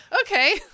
Okay